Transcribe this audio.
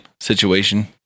situation